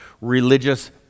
religious